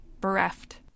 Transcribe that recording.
Bereft